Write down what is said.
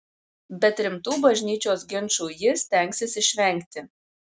bet rimtų bažnyčios ginčų ji stengsis išvengti